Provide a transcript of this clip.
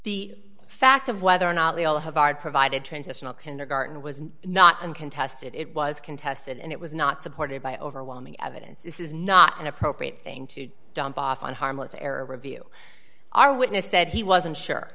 the fact of whether or not we all have our provided transitional kindergarten was not uncontested it was contested and it was not supported by overwhelming evidence this is not an appropriate thing to jump off on a harmless error review our witness said he wasn't sure